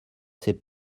sait